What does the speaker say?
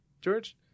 George